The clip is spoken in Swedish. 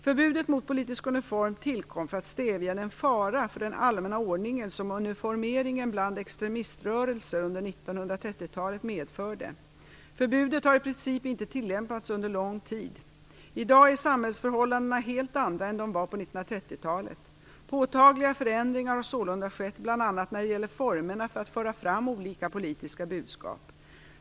Förbudet mot politiska uniformer tillkom för att stävja den fara för den allmänna ordningen som uniformeringen bland extremiströrelse under 1930-talet medförde. Förbudet har i princip inte tillämpats under lång tid. I dag är samhällsförhållandena helt andra än de var på 1930-talet. Påtagliga förändringar har sålunda skett bl.a. när det gäller formerna för att föra fram olika politiska budskap.